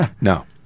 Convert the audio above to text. no